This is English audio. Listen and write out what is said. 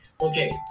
Okay